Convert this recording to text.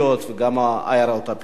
עיירות הפיתוח,